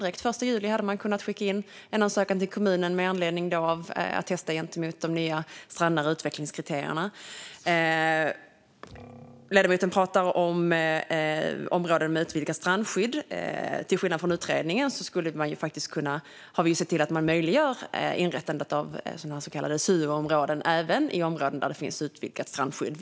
Den 1 juli hade de kunnat skicka in en ansökan till kommunen för att testa gentemot de nya strandnära utvecklingskriterierna. Ledamoten pratar om områden med utvidgat strandskydd. Till skillnad från utredningen har vi sett till att man möjliggör inrättande av så kallade strandnära utvecklingsområden även i områden där det finns utvidgat strandskydd.